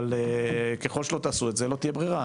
אבל ככל שלא תעשו את זה לא תהיה ברירה.